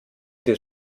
des